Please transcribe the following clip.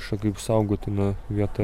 kaip saugotina vieta